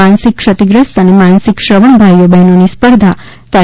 માનસિક ક્ષતિગસ્ત અને માનસિક શ્રવણ ભાઈઓ બહેનોની સ્પર્ધા તા